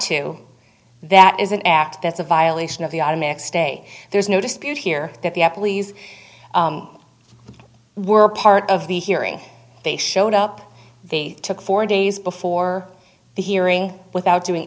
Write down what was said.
to that is an act that's a violation of the automatic stay there's no dispute here that the employees were part of the hearing they showed up they took four days before the hearing without doing